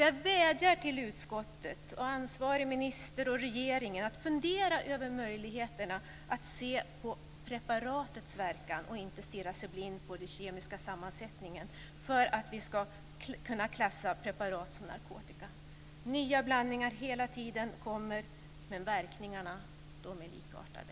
Jag vädjar till utskottet, ansvarig minister och regeringen att fundera över möjligheterna att se på preparatets verkan och inte stirra sig blind på den kemiska sammansättningen för att vi ska kunna klassa preparat som narkotika. Det kommer hela tiden nya blandningar, men verkningarna är likartade.